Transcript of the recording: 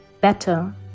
better